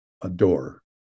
adore